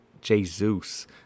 jesus